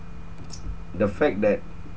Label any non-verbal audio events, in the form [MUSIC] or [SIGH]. [NOISE] the fact that